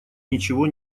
ничего